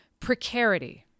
Precarity